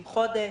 חודש.